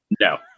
No